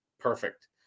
perfect